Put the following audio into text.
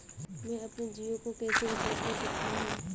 मैं अपने जियो को कैसे रिचार्ज कर सकता हूँ?